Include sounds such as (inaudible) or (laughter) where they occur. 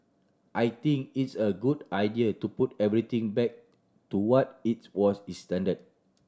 I think it's a good idea to put everything back to what it's was (unintelligible)